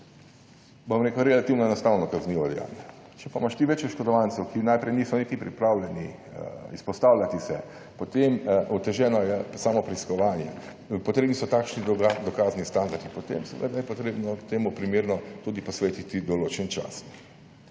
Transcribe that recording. bom rekel, relativno enostavno kaznivo dejanje. Če pa imaš ti več oškodovancev, ki najprej niso niti pripravljeni izpostavljati se, potem oteženo je samo preiskovanje, potrebni so takšni dokazni standardi, potem seveda je potrebno temu primerno tudi posvetiti določen čas.